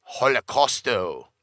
Holocausto